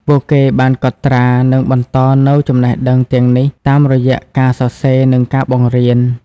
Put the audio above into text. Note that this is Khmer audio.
ពួកគេបានកត់ត្រា និងបន្តនូវចំណេះដឹងទាំងនេះតាមរយៈការសរសេរ និងការបង្រៀន។